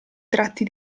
tratti